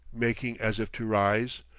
making as if to rise,